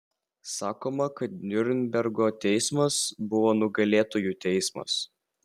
sakoma kad niurnbergo teismas buvo nugalėtojų teismas